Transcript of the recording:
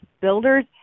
builders